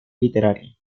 literaria